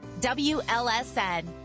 WLSN